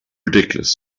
ridiculous